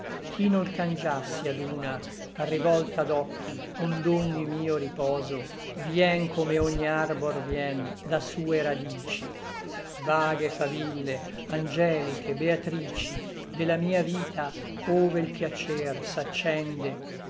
ch'i nol cangiassi ad una rivolta d'occhi ond'ogni mio riposo vien come ogni arbor vien da sue radici vaghe faville angeliche beatrici de la mia vita ove l piacer s'accende